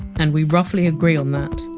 and we roughly agree on that,